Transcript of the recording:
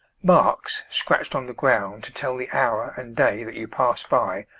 marks scratched on the ground to tell the hour and day that you passed by,